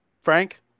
Frank